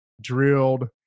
drilled